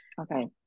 Okay